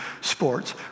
sports